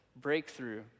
breakthrough